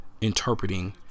interpreting